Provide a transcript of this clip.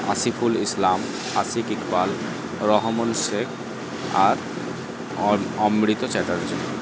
আসিফুল ইসলাম আশিকি পাল রহমান শেখ আর অমৃত চ্যাটার্জি